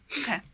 Okay